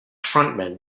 frontman